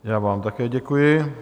Já vám také děkuji.